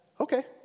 Okay